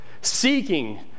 seeking